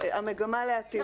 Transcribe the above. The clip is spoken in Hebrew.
לגבי המגמה לעתיד.